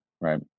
right